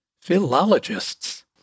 philologists